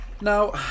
Now